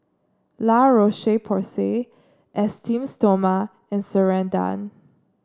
La Roche Porsay Esteem Stoma and Ceradan